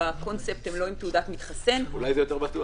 בקונספט הם לא עם תעודת מתחסן --- אולי זה יותר בטוח.